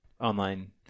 online